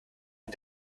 ein